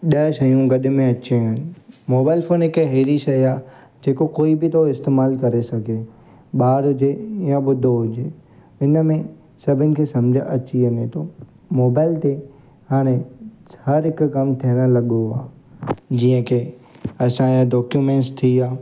ॾह शयूं गॾु में अची वेयूं आहिनि मोबाइल फ़ोन हिकु अहिड़ी शइ आहे जेको कोई बि तो इस्तेमालु करे सघे ॿारु हुजे या ॿुढो हुजे हिन में सभिनी खे समुझ में अची वञे थो मोबाइल ते हाणे हर हिकु कमु थियण लॻो आहे जीअं की असांजा डोक्यूमेंट्स थी विया